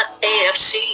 AFC